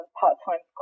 part-time